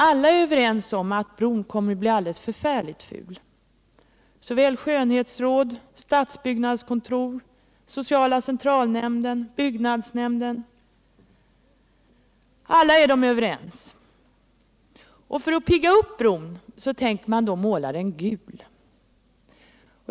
Alla är överens om att bron kommer att bli förfärligt ful. Såväl skönhetsrådet som statsbyggnadskontoret, sociala centralnämnden och byggnadsnämnden är alla överens om detta. För att pigga upp bron tänker man måla den gul!